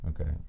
Okay